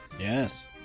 Yes